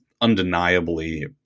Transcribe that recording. undeniably